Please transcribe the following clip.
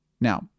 Now